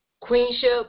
queenship